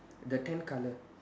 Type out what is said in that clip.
then tenth colour